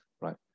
right